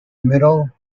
middle